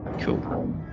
Cool